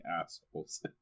assholes